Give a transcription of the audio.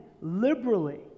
liberally